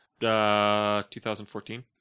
2014